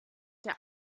der